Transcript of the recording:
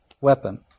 weapon